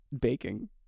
Baking